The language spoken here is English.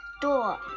door